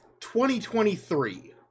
2023